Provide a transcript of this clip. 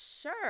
sure